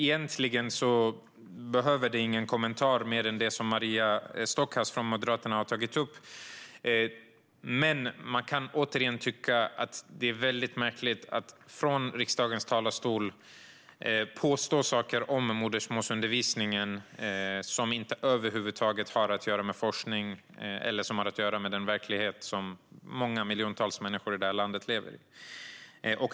Egentligen behövs det inte någon ytterligare kommentar utöver det som Maria Stockhaus från Moderaterna har tagit upp. Men återigen: Man kan tycka att det är märkligt att från riksdagens talarstol påstå saker om modersmålsundervisningen som över huvud taget inte har att göra med forskningen eller med den verklighet som miljontals människor i det här landet lever i.